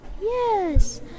Yes